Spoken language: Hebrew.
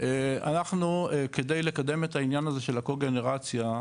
אנחנו כדי לקדם את העניין הזה של הקוגנרציה,